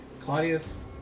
Claudius